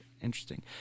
interesting